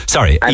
Sorry